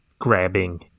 grabbing